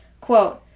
quote